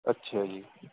ਅੱਛਾ ਜੀ